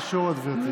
זה לא קשור, גברתי.